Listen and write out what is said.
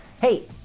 Hey